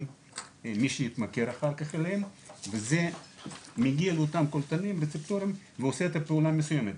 מי שהתמכר אחר כך אליהם וזה מגיע לאותם --- ועושה את הפעולה המסוימת,